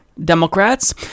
Democrats